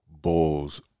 bulls